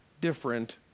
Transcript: different